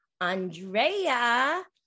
Andrea